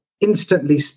instantly